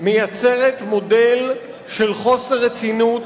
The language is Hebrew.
מייצרת מודל של חוסר רצינות,